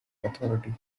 authority